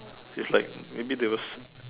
it's like maybe they was